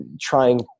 trying